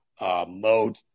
mode